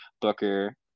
Booker